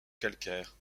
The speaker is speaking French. calcaire